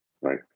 right